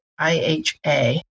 IHA